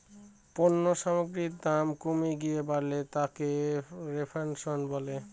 পণ্য সামগ্রীর দাম কমে গিয়ে বাড়লে তাকে রেফ্ল্যাশন বলে